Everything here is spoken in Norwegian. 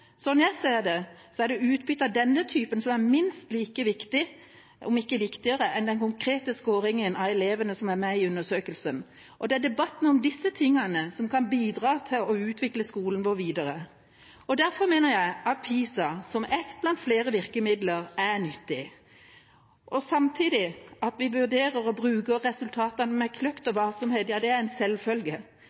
jeg ser det, er utbyttet av denne typen minst like viktig som – om ikke viktigere enn – den konkrete scoren til elevene som er med i undersøkelsen. Det er debatten om disse tingene som kan bidra til å utvikle skolen vår videre. Derfor mener jeg at PISA, som ett blant flere virkemidler, er nyttig. Og samtidig: At vi vurderer og bruker resultatene med kløkt og varsomhet, er en selvfølge. Det er